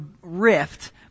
rift